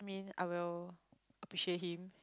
I mean I will appreciate him